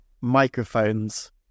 microphones